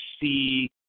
see